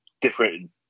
different